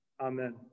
Amen